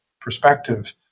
perspective